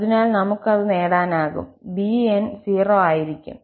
അതിനാൽ നമുക്ക് അത് നേടാനാകും 𝑏n′𝑠 0 ആയിരിക്കും